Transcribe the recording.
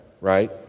right